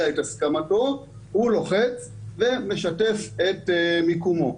את הסכמתו הוא לוחץ ומשתף את מיקומו.